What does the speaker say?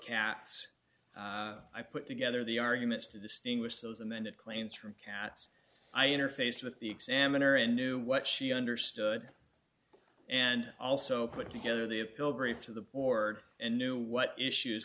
cats i put together the arguments to distinguish those amended claims from cats i interface with the examiner and knew what she understood and also put together the appeal brief to the ward and knew what issues